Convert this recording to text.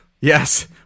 Yes